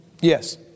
Yes